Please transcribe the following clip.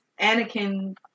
Anakin